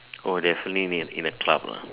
oh definitely meet in the club lah